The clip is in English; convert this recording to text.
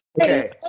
okay